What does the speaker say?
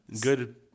good